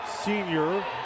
Senior